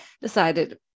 decided